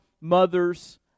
mother's